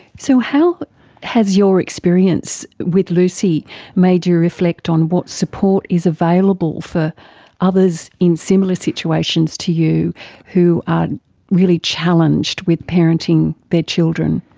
so how has your experience with lucy made you reflect on what support is available for others in similar situations to you who are really challenged with parenting their children?